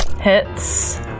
Hits